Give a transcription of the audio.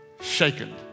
shaken